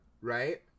right